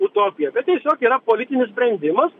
utopija bet tiesiog yra politinis sprendimas